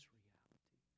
reality